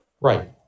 Right